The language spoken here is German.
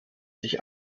sich